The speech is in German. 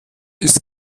ist